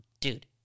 dude